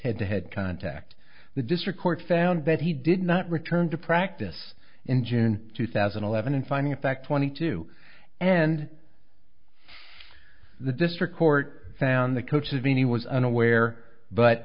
head to head contact the district court found that he did not return to practice in june two thousand and eleven in finding fact twenty two and the district court found the coach had been he was unaware but